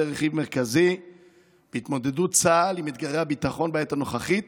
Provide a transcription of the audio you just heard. רכיב מרכזי בהתמודדות צה"ל עם אתגרי הביטחון בעת הנוכחית